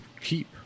keep